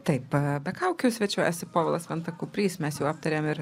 taip be kaukių svečiuojasi povilas venta kuprys mes jau aptarėm ir